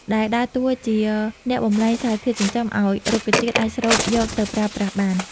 ដែលដើរតួជាអ្នកបំប្លែងសារធាតុចិញ្ចឹមឱ្យរុក្ខជាតិអាចស្រូបយកទៅប្រើប្រាស់បាន។